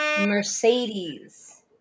Mercedes